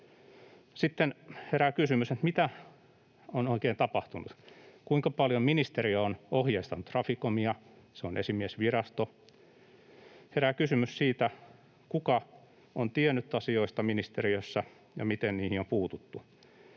Sitten herää kysymys, mitä on oikein tapahtunut. Kuinka paljon ministeriö on ohjeistanut Traficomia? Se on esimiesvirasto. Herää kysymys siitä, kuka on tiennyt asioista ministeriössä ja miten niihin on puututtu.